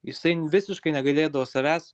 jisai visiškai negalėdavo savęs